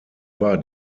war